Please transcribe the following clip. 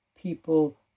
people